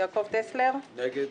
יעקב טסלר נגד.